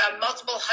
multiple